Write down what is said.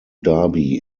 dhabi